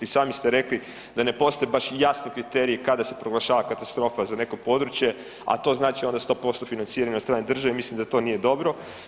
I sami ste rekli da ne postoje baš jasni kriteriji kada se proglašava katastrofa za neko područje, a to znači onda 100% financiranje od strane države, mislim da to nije dobro.